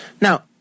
Now